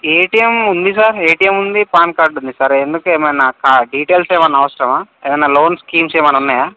ATM ఉంది sir ATM ఉంది PAN card ఉంది సార్ ఎందుకు ఏమైనా క డీటెయిల్స్ ఏమైనా అవసరమా ఏమైనా లోన్ స్కీమ్స్ ఏమైనా ఉన్నాయా